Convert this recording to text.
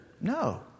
no